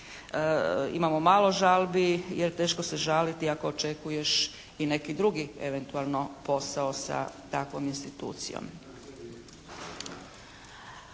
imamo malo žalbi jer teško se žaliti ako očekuješ i neki drugi eventualno posao sa takvom institucijom.